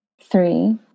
three